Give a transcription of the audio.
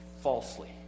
falsely